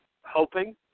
hoping